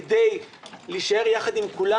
כדי להישאר יחד עם כולם,